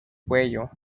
cuello